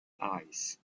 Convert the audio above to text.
eyes